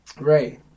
Right